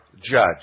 judge